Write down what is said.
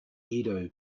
edo